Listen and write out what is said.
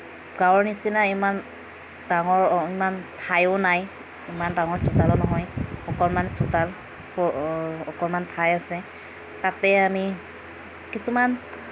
গাঁৱৰ নিচিনা ইমান ডাঙৰ অ ইমান ঠাইও নাই ইমান ডাঙৰ চোতালো নহয় অকণমান চোতাল অকণমান ঠাই আছে তাতেই আমি কিছুমান